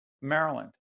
Maryland